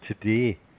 today